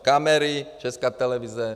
Kamery, Česká televize.